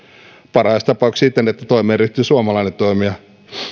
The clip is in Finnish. parhaassa tapauksessa siten että toimeen ryhtyy suomalainen toimija